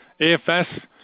AFS